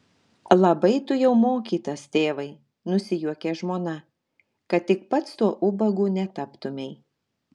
labai tu jau mokytas tėvai nusijuokė žmona kad tik pats tuo ubagu netaptumei